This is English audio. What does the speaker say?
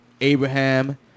Abraham